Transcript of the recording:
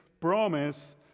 promise